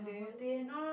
my birthday eh no no no